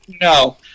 No